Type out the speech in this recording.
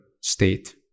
state